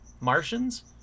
Martians